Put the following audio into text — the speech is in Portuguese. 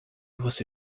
você